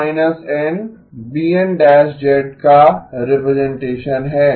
यह z−Nका रिप्रेजेंटेंशन है